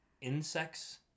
insects